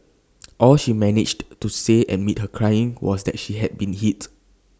all she managed to say amid her crying was that she had been hit